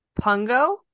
pungo